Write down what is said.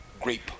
grape